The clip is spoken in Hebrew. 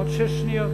עוד שש שניות.